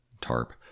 tarp